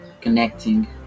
Connecting